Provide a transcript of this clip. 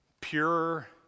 pure